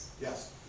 Yes